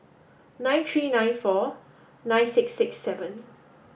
nine three nine four nine six six seven